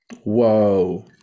Whoa